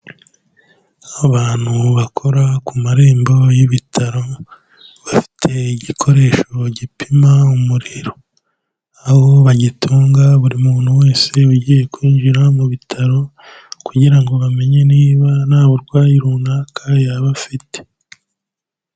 Abantu bakora ku marembo y'ibitaro, bafite igikoresho gipima umuriro, aho bagitunga buri muntu wese ugiye kwinjira mu bitaro kugira ngo bamenye niba nta burwayi runaka yaba afite.